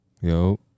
yo